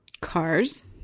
Cars